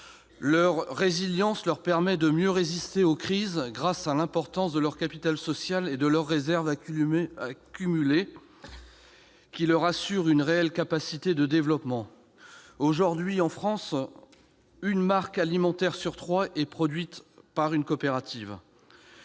Leur résilience leur permet de mieux résister aux crises, grâce à l'importance de leur capital social et de leurs réserves accumulées, qui leur assurent une réelle capacité de développement. Aujourd'hui, en France, une marque alimentaire sur trois est produite par une coopérative.